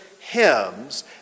Hymns